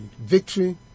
victory